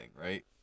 right